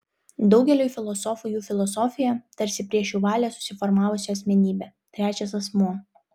daugeliui filosofų jų filosofija tarsi prieš jų valią susiformavusi asmenybė trečias asmuo